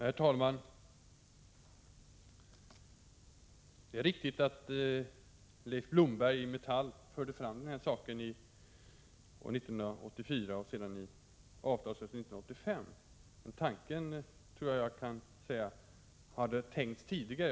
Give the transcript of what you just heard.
Herr talman! Det är riktigt att Leif Blomberg, Metall, förde fram den här tanken år 1984 och sedan i 1985 års avtalsrörelse. Det var dock fråga om en tanke som hade tänkts tidigare.